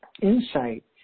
insight